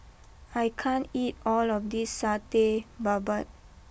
I can't eat all of this Satay Babat